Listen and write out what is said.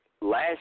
Last